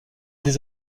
des